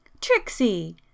Trixie